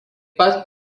pat